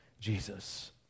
Jesus